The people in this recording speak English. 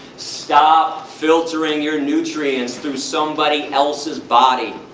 stop filtering your nutrients through somebody else's body.